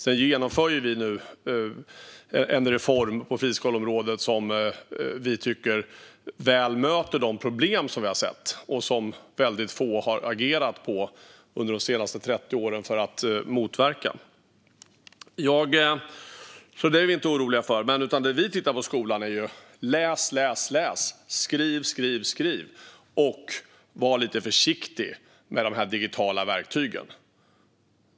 Sedan genomför vi nu en reform på friskoleområdet som vi tycker väl möter de problem som vi har sett och som väldigt få har agerat på under de senaste 30 åren för att motverka. Så det är vi inte oroliga för. Det som vi tittar på i skolan är att eleverna ska läsa, läsa, läsa och skriva, skriva, skriva. Och man ska vara lite försiktig med de digitala verktygen.